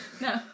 no